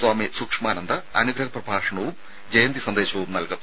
സ്വാമി സൂക്ഷ്മാനന്ദ അനുഗ്രഹ പ്രഭാഷണവും ജയന്തി സന്ദേശവും നൽകും